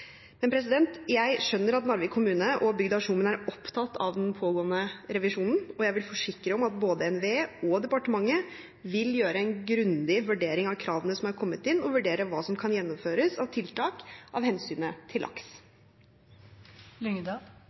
Jeg skjønner at Narvik kommune og bygda Skjomen er opptatt av den pågående revisjonen, og jeg vil forsikre om at både NVE og departementet vil gjøre en grundig vurdering av kravene som er kommet inn, og vurdere hva som kan gjennomføres av tiltak av hensynet til